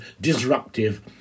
disruptive